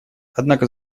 однако